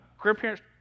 grandparents